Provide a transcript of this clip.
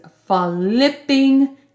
flipping